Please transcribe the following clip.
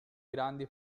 grandi